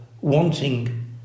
wanting